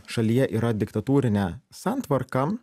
šalyje yra diktatūrinė santvarka